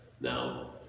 Now